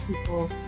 people